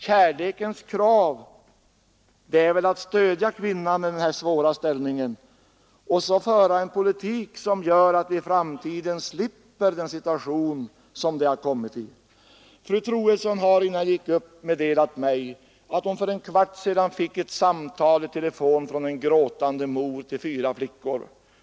Kärlekens krav är att stödja kvinnorna i denna svåra situation och att föra en politik som gör att de i framtiden slipper den situation som de har kommit i. Fru Troedsson meddelade mig innan jag gick upp i talarstolen att hon för en kvart sedan fick ett telefonsamtal från en gråtande mor till fyra flickor.